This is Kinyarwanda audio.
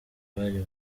bari